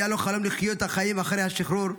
היה לו חלום לחיות את החיים אחרי השחרור.